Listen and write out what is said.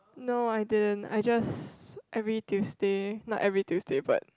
no I didn't I just every Tuesday not every Tuesday but